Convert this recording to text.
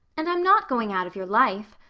and i'm not going out of your life.